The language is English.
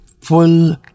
full